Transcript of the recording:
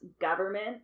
government